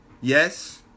yes